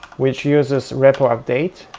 which uses repo update